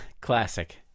Classic